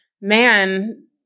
man